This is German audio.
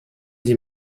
sie